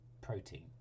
protein